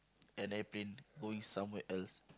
an airplane going somewhere else